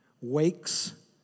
wakes